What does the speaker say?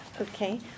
okay